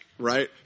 Right